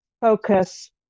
focus